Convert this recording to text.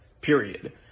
period